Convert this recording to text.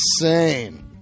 insane